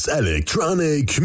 electronic